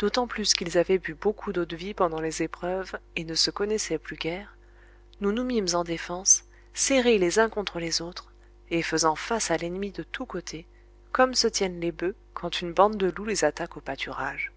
d'autant plus qu'ils avaient bu beaucoup d'eau-de-vie pendant les épreuves et ne se connaissaient plus guère nous nous mîmes en défense serrés les uns contre les autres et faisant face à l'ennemi de tous côtés comme se tiennent les boeufs quand une bande de loups les attaque au pâturage